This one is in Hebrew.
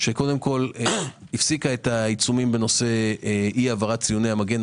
שקודם כל הפסיקה את העיצומים בנושא אי העברת ציוני המגן,